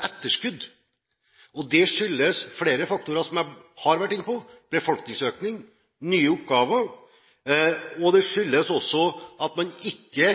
etterskudd. Det skyldes flere faktorer, som jeg har vært inne på: befolkningsøkningen, nye oppgaver, og det skyldes også at man ikke